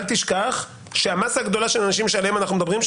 אל תשכח שהמסה הגדולה של אנשים עליהם אנחנו מדברים,